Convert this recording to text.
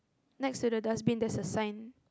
next to the dustbin there's a sign